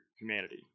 humanity